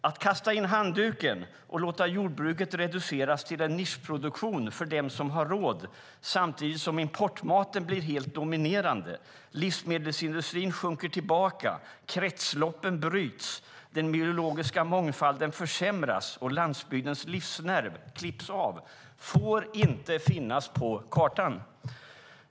Att kasta in handduken och låta jordbruket reduceras till en nischproduktion för dem som har råd samtidigt som importmaten blir helt dominerande, livsmedelsindustrin sjunker tillbaka, kretsloppen bryts, den biologiska mångfalden försämras och landsbygdens livsnerv klipps av får inte finnas på kartan!